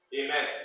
Amen